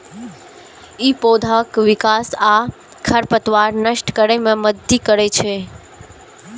ई पौधाक विकास आ खरपतवार नष्ट करै मे मदति करै छै